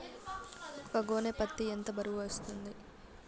ఒక గోనె పత్తి ఎంత బరువు వస్తుంది?